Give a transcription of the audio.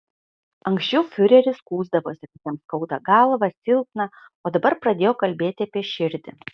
anksčiau fiureris skųsdavosi kad jam skauda galvą silpna o dabar pradėjo kalbėti apie širdį